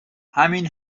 همین